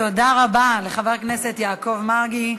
תודה רבה לחבר הכנסת יעקב מרגי.